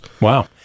Wow